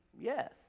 Yes